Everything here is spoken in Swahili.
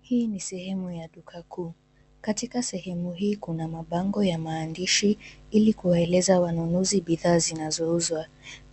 Hii ni sehemu ya duka kuu. Katika sehemu hii kuna mabango ya maandishi ili kuwaeleza wanunuzi bidhaa zinazouzwa.